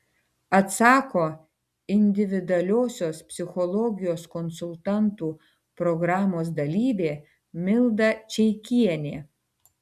atsako individualiosios psichologijos konsultantų programos dalyvė milda čeikienė